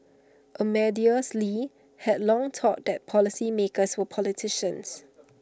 Amadeus lee had long thought that policymakers were politicians